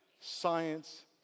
science